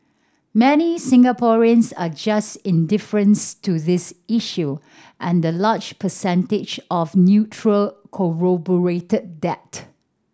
many Singaporeans are just indifference to this issue and the large percentage of neutral corroborated that